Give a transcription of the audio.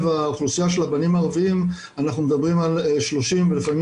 האוכלוסייה של הבנים הערביים אנחנו מדברים על 30% ולפעמים